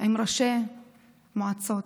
עם ראשי מועצות,